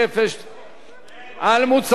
מס בשיעור אפס על מוצרי מזון בסיסיים),